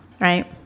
Right